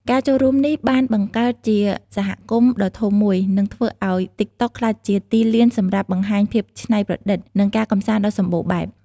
ការចូលរួមនេះបានបង្កើតជាសហគមន៍ដ៏ធំមួយ និងធ្វើឱ្យ ទីកតុក ក្លាយជាទីលានសម្រាប់បង្ហាញភាពច្នៃប្រឌិត និងការកម្សាន្តដ៏សម្បូរបែប។